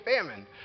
famine